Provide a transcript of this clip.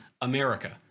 America